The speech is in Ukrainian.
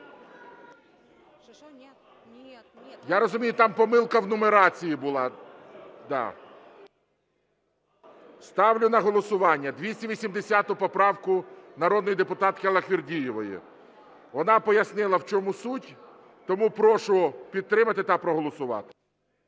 Я розумію, там помилка в нумерації була. Ставлю на голосування 280 поправку народної депутатки Аллахвердієвої. Вона пояснила, в чому суть, тому прошу підтримати та проголосувати.